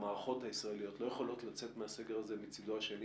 המערכות הישראליות לא יכולים לצאת מהסגר הזה מצדו השני